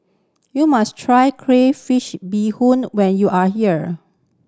you must try crayfish beehoon when you are here